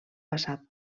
passat